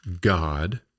God